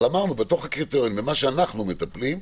אמרנו שבתוך הקריטריונים, בתוך מה שאנחנו מטפלים,